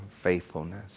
faithfulness